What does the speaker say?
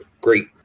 great